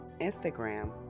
Instagram